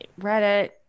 Reddit